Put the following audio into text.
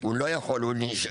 הוא לא יכול, הוא נכה.